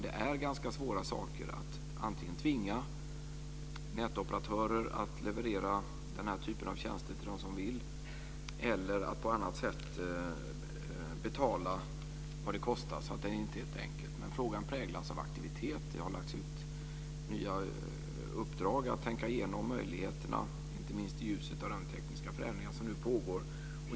Det är ganska svåra saker att antingen tvinga nätoperatörer att leverera den här typen av tjänster till dem som vill eller på annat betala vad det kostar. Det är inte helt enkelt. Men frågan präglas av aktivitet, det har lagts nya uppdrag att tänka igenom möjligheterna, inte minst i ljuset av de tekniska förändringar som nu pågår.